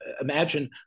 imagine